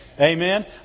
Amen